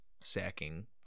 sacking